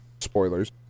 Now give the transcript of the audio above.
spoilers